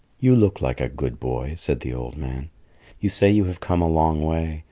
you look like a good boy, said the old man you say you have come a long way,